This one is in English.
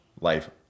life